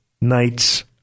nights